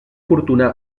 fortuna